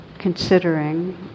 considering